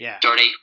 dirty